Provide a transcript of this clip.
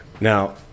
Now